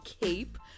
cape